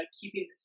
keeping